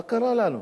מה קרה לנו?